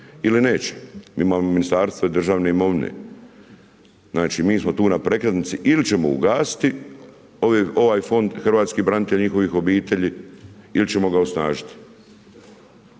ili neće. Imamo ministarstva i državne imovine. Znači mi smo tu prekretnici ili ćemo ugasiti ovaj fond hrvatskih branitelja i njihovih obitelji ili ćemo ga osnažiti.